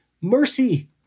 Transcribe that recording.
mercy